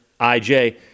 IJ